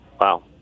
Wow